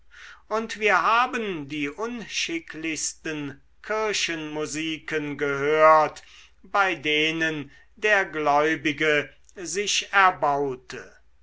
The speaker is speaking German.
und wir haben die unschicklichsten kirchenmusiken gehört bei denen der gläubige sich erbaute